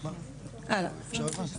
--- כן, בוודאי.